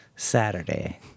Saturday